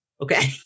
Okay